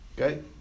okay